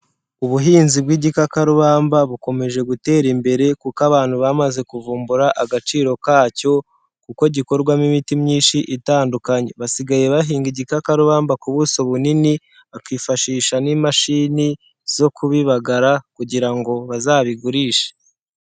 Ubuhinzi bw'igikakarubamba bukomeje gutera imbere kuko abantu bamaze kuvumbura agaciro kacyo, kuko gikorwamo imiti myinshi itandukanye, basigaye bahinga igikakarubamba ku buso bunini, bakifashisha n'imashini zo kubibagara kugira ngo bazabigurishe.